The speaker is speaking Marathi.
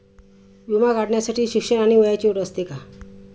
विमा काढण्यासाठी शिक्षण आणि वयाची अट असते का?